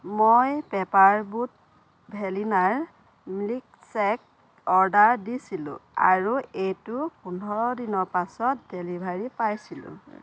মই paper boat ভেনিলাৰ milkshake order দিছিলোঁ আৰু এইটোৰ পোন্ধৰ দিনৰ পাছত ডেলিভাৰী পাইছিলোঁ